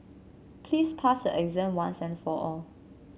please pass your exam once and for all